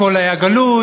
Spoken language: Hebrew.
הכול היה גלוי,